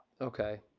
Okay